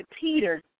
Peter